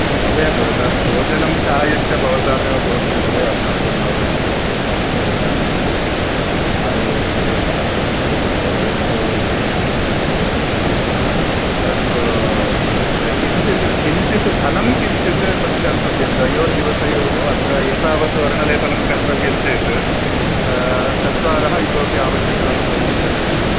महोदय भवतां भोजनं चायं च भवतामेव भवतु महोदय अस्मभ्यं न रोचते भवतां आयुर्वेदभोजनम् अस्मभ्यं न रोचते वयं तु स्वयं तत्सर्वं पक्ष्यामः परन्तु किञ्चित् किञ्चित् धनं किञ्चित् पश्यन्तु द्वयोः दिवसयोः अत्र एतावत् वर्णलेपनं कर्तव्यं चेत् चत्वारः इतोपि आवश्यकाः भविष्यन्ति